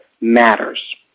matters